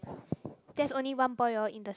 that's only one boy hor in the